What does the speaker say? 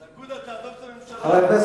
אז אגודה תעזוב את הממשלה.